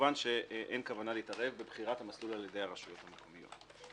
כמובן שאין כוונה להתערב בבחירת המסלול על ידי הרשויות המקומיות.